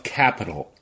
capital